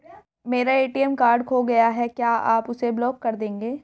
मेरा ATM card खो गया है क्या आप उसे ब्लॉक कर देंगे?